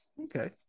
okay